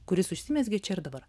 kuris užsimezgė čia ir dabar